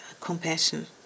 compassion